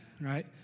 right